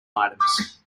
items